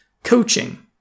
Coaching